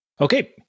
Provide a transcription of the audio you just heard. okay